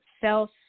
self